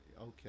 okay